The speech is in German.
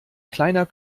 kleiner